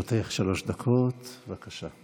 לרשותך שלוש דקות, בבקשה.